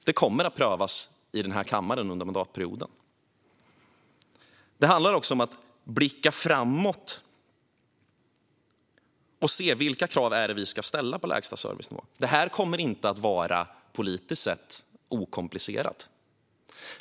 Det kommer att prövas i denna kammare under mandatperioden. Det handlar också om att blicka framåt och se vilka krav vi ska ställa på lägsta servicenivå. Detta kommer inte att vara politiskt okomplicerat.